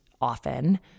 often